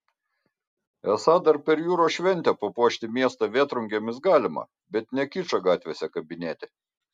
esą dar per jūros šventę papuošti miestą vėtrungėmis galima bet ne kičą gatvėse kabinėti